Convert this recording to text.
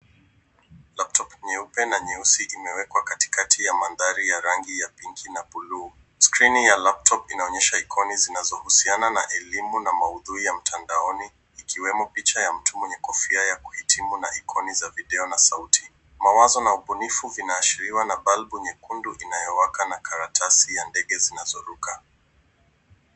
Laptop nyeupe na nyeusi imewekwa katikati ya mandhari ya rangi ya pinki na bluu. Skrini ya laptop inaonyesha ikoni zinazohusiana na elimu na maudhui ya mtandaoni, ikiwemo picha ya mtu mwenye kofia ya kuhitimu na ikoni za video na sauti. Mawazo na ubunifu vinaashiriwa na balbu nyekundu inayowaka na karatasi ya ndege zinazoruka.